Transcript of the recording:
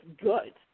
good